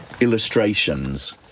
illustrations